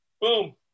Boom